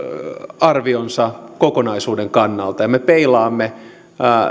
arvionsa kokonaisuuden kannalta ja me peilaamme